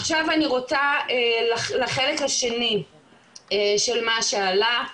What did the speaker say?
עכשיו אני רוצה להתייחס לחלק השני של מה שעלה.